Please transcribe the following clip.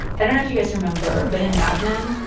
i don't know if you guys remember, but in mad men,